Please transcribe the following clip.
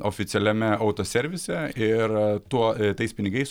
oficialiame autoservise ir tuo tais pinigais